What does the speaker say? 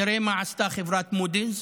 תראה מה עשתה חברת מודי'ס,